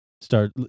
start